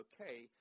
okay